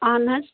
اہن حَظ